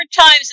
times